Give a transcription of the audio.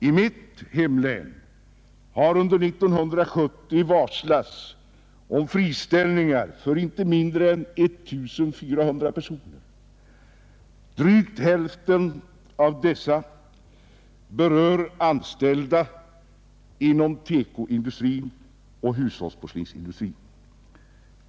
I mitt hemlän har under år 1970 varslats om friställningar för inte mindre än 1400 personer. Drygt hälften av dessa friställningar berör anställda inom TEKO-industrin och hushållsporslinsindustrin.